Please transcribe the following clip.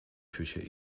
küche